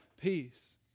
peace